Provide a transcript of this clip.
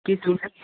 excuse sir